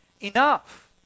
Enough